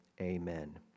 amen